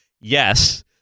yes